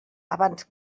abans